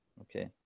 Okay